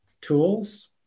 tools